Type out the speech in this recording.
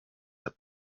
had